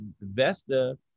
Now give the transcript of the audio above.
Vesta